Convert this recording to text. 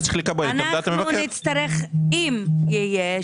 אנחנו נצטרך אם יש,